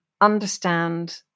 understand